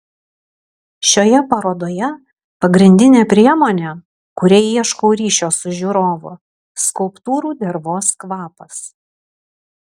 šioje parodoje pagrindinė priemonė kuria ieškau ryšio su žiūrovu skulptūrų dervos kvapas